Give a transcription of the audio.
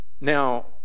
Now